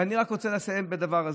ואני רק רוצה לסיים בדבר הזה.